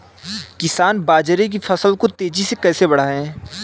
किसान बाजरे की फसल को तेजी से कैसे बढ़ाएँ?